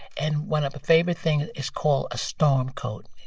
and one of the favorite things is called a storm coat.